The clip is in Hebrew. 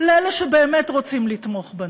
לאלה שבאמת רוצים לתמוך בנו,